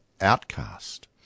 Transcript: outcast